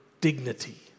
dignity